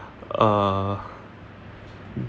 uh